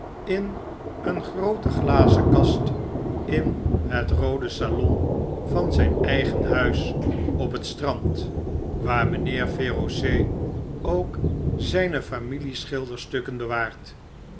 in een groote glazen kast in het roode salon van zijn eigen huis op het strand waar mijnheer feroce ook zpe familiescbilderstukken bewaart